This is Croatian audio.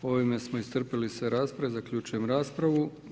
Ovime smo iscrpili sve rasprave, zaključujem raspravu.